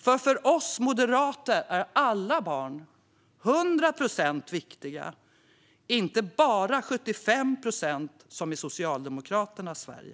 För oss moderater är alla barn, 100 procent, viktiga och inte bara 75 procent, som i Socialdemokraternas Sverige.